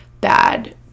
bad